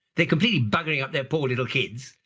they're completely buggering up their poor little kids,